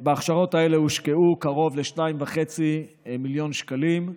בהכשרות האלה הושקעו קרוב ל-2.5 מיליון שקלים.